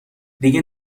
دیگه